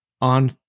on